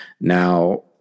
Now